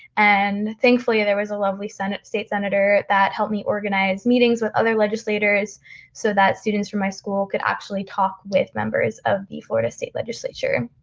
and thankfully there was a lovely state senator that helped me organize meetings with other legislators so that students from my school could actually talk with members of the florida state legislature.